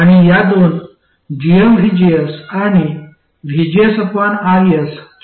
आणि या दोन gmvgs आणि vgsRs ची बेरीज ii आहे